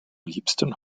liebsten